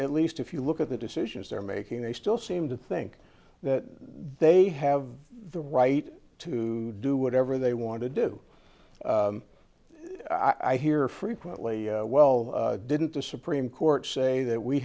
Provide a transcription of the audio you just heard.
at least if you look at the decisions they're making they still seem to think that they have the right to do whatever they want to do i hear frequently well didn't the supreme court say that we